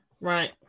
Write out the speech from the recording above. right